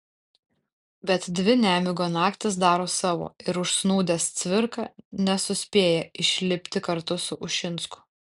bet dvi nemigo naktys daro savo ir užsnūdęs cvirka nesuspėja išlipti kartu su ušinsku